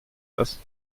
das